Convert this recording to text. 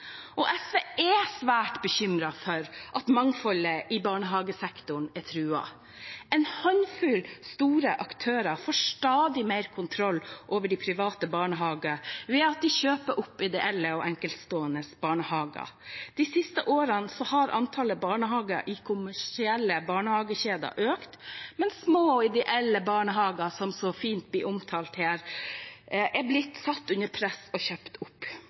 SV er svært bekymret for at mangfoldet i barnehagesektoren er truet. En håndfull store aktører får stadig mer kontroll over de private barnehagene, ved at de kjøper opp ideelle og enkeltstående barnehager. De siste årene har antallet barnehager i kommersielle barnehagekjeder økt, mens små og ideelle barnehager, som så fint blir omtalt her, har blitt satt under press og kjøpt opp.